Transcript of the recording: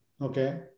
okay